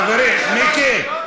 חברים, מיקי,